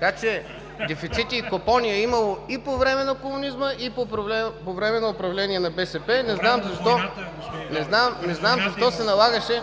Така, че дефицити и купони е имало и по време на комунизма, и по време на управление на БСП, и не знам защо (реплики